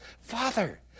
Father